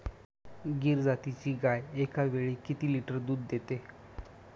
गीर जातीची गाय एकावेळी किती लिटर दूध देते?